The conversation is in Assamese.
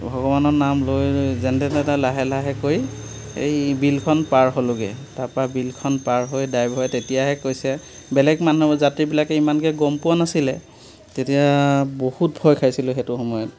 ভগৱানৰ নাম লৈ যেনে তেনে লাহে লাহে কৰি এই বিলখন পাৰ হ'লোঁগৈ তাৰপৰা বিলখন পাৰ হৈ ড্ৰাইভৰে তেতিয়াহে কৈছে বেলেগ মানুহ যাত্ৰীবিলাকে ইমানকৈ গম পোৱা নাছিলে তেতিয়া বহুত ভয় খাইছিলোঁ সেইটো সময়ত